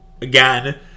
Again